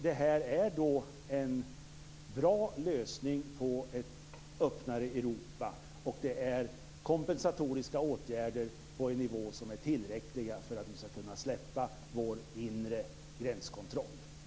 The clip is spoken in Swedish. Det här är en bra lösning, ett sätt att få till stånd ett öppnare Europa, och det är kompensatoriska åtgärder på en nivå som är tillräcklig för att vi skall kunna släppa vår inre gränskontroll.